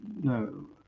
no